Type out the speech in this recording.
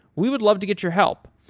we would love to get your help.